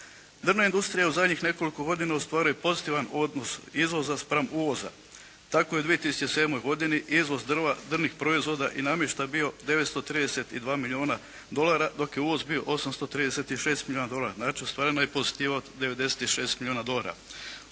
Drvna industrije u zadnjih nekoliko godina ostvaruje pozitivan odnos izvoza spram uvoza. Tako je u 2007. godini izvoz drva, drvnih proizvoda i namještaja bio 932 milijuna dolara dok je uvoz bio 836 milijuna dolara. Znači ostvarena je pozitiva od 96 milijuna dolara.